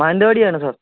മാനന്തവാടിയാണ് sir